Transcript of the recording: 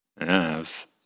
Yes